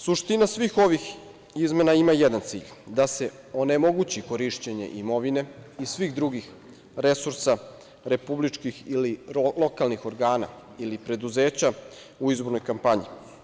Suština svih ovih izmena ima jedan cilj, da se onemogući korišćenje imovine i svih drugih resursa republičkih ili lokalnih organa, ili preduzeća u izbornoj kampanji.